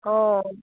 অঁ